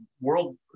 world